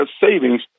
savings